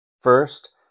First